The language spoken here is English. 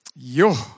Yo